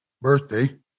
birthday